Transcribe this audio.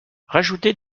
rajouter